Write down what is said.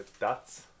dots